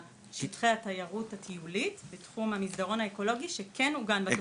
לשטחי התיירות הטיולית בתחום המסדרון האקולוגי שכן עוגן בתוכנית,